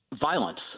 violence